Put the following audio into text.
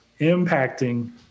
impacting